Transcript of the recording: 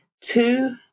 two